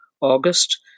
August